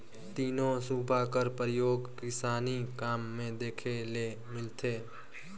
तीनो सूपा कर परियोग किसानी काम मे देखे ले मिलथे